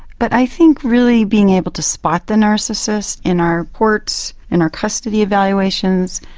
but i think really being able to spot the narcissist in our courts, in our custody evaluations,